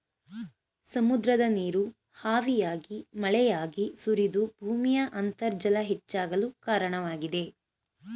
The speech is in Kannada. ಸಮುದ್ರದ ನೀರು ಹಾವಿಯಾಗಿ ಮಳೆಯಾಗಿ ಸುರಿದು ಭೂಮಿಯ ಅಂತರ್ಜಲ ಹೆಚ್ಚಾಗಲು ಕಾರಣವಾಗಿದೆ